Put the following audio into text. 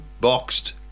boxed